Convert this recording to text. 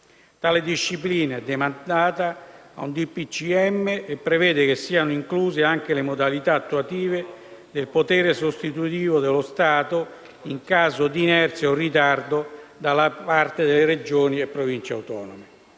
del Consiglio dei ministri e prevede che siano incluse anche le modalità attuative del potere sostitutivo dello Stato in caso di inerzia o ritardo da parte delle Regioni e Province autonome.